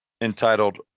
entitled